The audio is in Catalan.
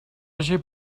haja